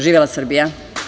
Živela Srbija!